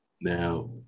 now